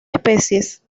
especies